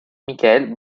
michael